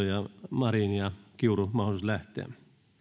ja marin ja kiuru mahdollisuus lähteä